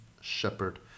shepherd